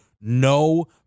no